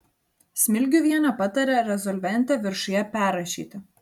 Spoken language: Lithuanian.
smilgiuvienė patarė rezolventę viršuje perrašyti